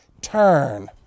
turn